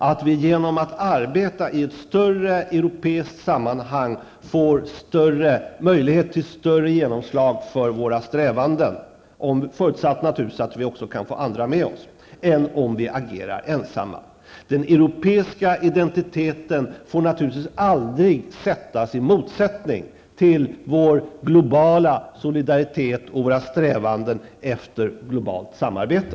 Genom att arbeta i ett större europeiskt sammanhang får vi möjlighet till större genomslag för våra strävanden, naturligtvis förutsatt att vi också kan få andra med oss, än om vi agerar ensamma. Den europeiska identiteten får naturligtvis aldrig sättas i ett motsatsförhållande till vår globala solidaritet och våra strävanden efter globalt samarbete.